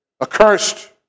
accursed